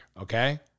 okay